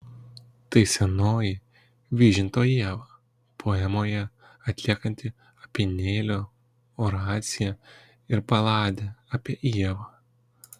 tai senoji vyžinto ieva poemoje atliekanti apynėlio oraciją ir baladę apie ievą